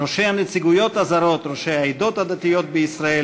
ראשי הנציגויות הזרות, ראשי העדות הדתיות בישראל